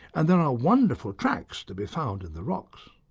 and there are wonderful tracks to be found in the rocks.